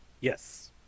yes